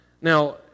Now